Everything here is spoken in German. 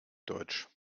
deutsch